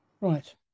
Right